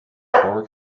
horror